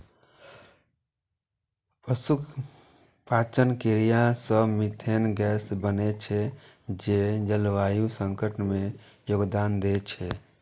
पशुक पाचन क्रिया सं मिथेन गैस बनै छै, जे जलवायु संकट मे योगदान दै छै